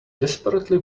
desperately